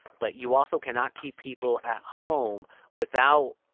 but you also cannot keep people at home without.